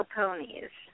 ponies